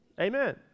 Amen